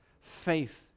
Faith